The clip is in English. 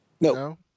No